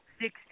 six